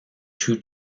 two